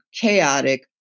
chaotic